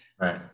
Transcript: Right